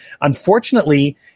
unfortunately